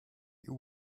you